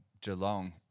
Geelong